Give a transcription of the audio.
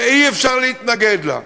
שאי-אפשר להתנגד לה,